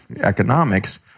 economics